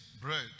bread